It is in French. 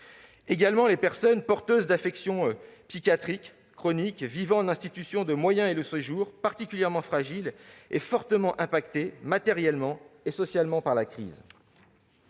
également les personnes porteuses d'affections psychiatriques chroniques vivant en institution de moyen et long séjour, particulièrement fragiles et fortement touchées matériellement et socialement par la crise.